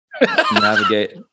navigate